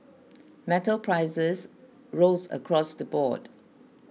metal prices rose across the board